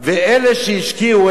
אלה שהשקיעו,